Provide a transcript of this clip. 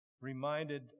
reminded